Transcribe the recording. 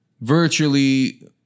virtually